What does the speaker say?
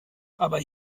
aber